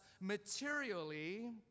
materially